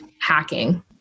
hacking